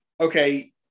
okay